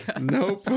Nope